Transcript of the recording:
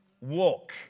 walk